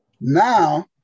now